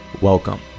Welcome